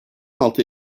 altı